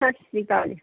ਸਤਿ ਸ਼੍ਰੀ ਅਕਾਲ